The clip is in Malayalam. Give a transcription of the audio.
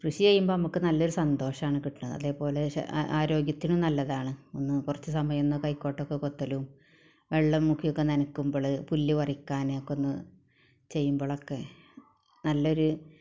കൃഷി ചെയ്യുമ്പം നമുക്ക് നല്ല സന്തോഷമാണ് കിട്ടുന്നത് അതേപോലെ അ ആരോഗ്യത്തിനും നല്ലതാണ് ഒന്ന് കുറച്ച് സമയമൊന്നു കൈക്കോട്ടൊക്കെ കൊത്തലും വെള്ളം മുക്കി ഒക്കെ നനയ്ക്കുമ്പൾ പുല്ല് പറിക്കാനൊക്കൊന്ന് ചെയ്യുമ്പളൊക്കെ നല്ലൊര്